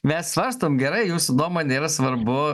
mes svarstom gerai jūsų nuomonė yra svarbu